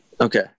Okay